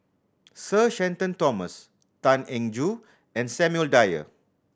Sir Shenton Thomas Tan Eng Joo and Samuel Dyer